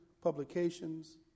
publications